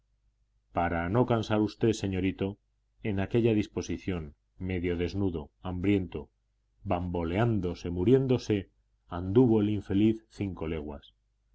para no cansar a usted señorito en aquella disposición medio desnudo hambriento bamboleándose muriéndose anduvo el infeliz cinco leguas